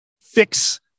fix